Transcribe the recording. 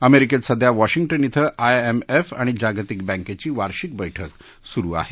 अमेरिकेत सध्या वॉशिंग्टन इथं आयएमएफ आणि जागतिक बँकेची वार्षिक बैठक सुरु आहे